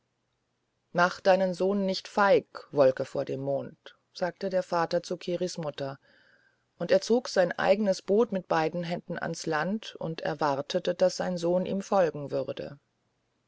mach deinen sohn nicht feig wolke vor dem mond sagte der vater zu kiris mutter und er zog sein eigenes boot mit beiden händen ans land erwartend daß sein sohn ihm folgen würde